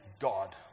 God